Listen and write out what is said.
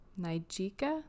Nijika